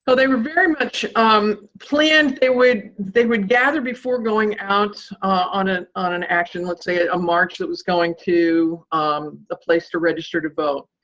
so they were very much um planned. they would they would gather before going out on an on an action, let's say a march that was going to um the place to register to vote.